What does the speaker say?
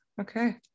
Okay